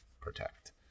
protect